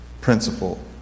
principle